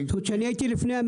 הוא היה לפני,